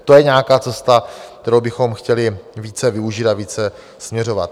To je nějaká cesta, kterou bychom chtěli více využít a více směřovat.